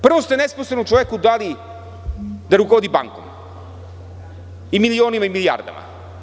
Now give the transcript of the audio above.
Prvo ste nesposobnom čoveku dali da rukovodi bankom i milionima i milijardama.